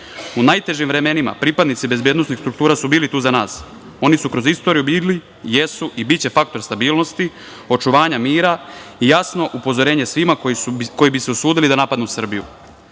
najtežim vremenima pripadnici bezbednosnih struktura su bili tu za nas. Oni su kroz istoriju bili, jesu i biće faktor stabilnosti, očuvanja mira i jasno upozorenje svima koji bi se usudili da napadnu Srbiju.